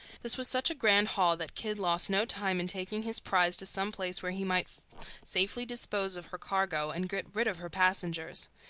this was such a grand haul that kidd lost no time in taking his prize to some place where he might safely dispose of her cargo, and get rid of her passengers.